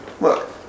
Look